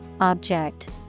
object